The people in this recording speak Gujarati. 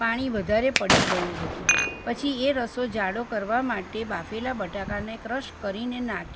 પાણી વધારે પડી ગયું હતું પછી એ રસો જાડો કરવા માટે બાફેલા બટાકાને ક્રશ કરીને નાંખી